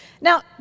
Now